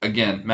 Again